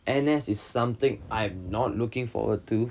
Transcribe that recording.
N_S is something I'm not looking forward to